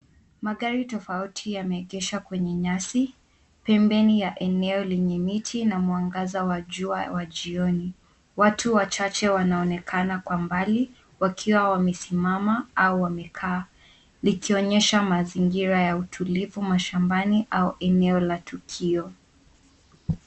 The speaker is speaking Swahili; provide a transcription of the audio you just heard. Magari tofauti yameegeshwa kwenye nyasi pembeni ya eneo lenye miti na mwangaza wa jua wa jioni. Watu wachache wanaonekana kwa mbali wakiwa wamesimama au wamekaa likionyesha mazingira ya utulivu mashambani au eneo la tukio.